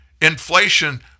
Inflation